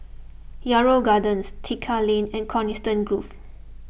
Yarrow Gardens Tekka Lane and Coniston Grove